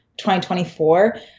2024